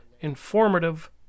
informative